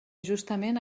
justament